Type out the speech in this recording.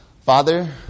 Father